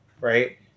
right